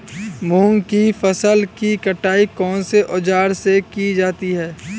मूंग की फसल की कटाई कौनसे औज़ार से की जाती है?